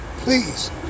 Please